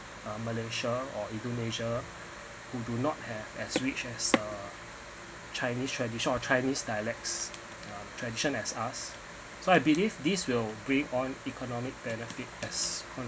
uh malaysia or indonesia who do not have as rich as uh chinese tradition or chinese dialects uh tradition like us so I believe this will bring on economic benefit as